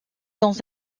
dans